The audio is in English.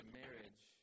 marriage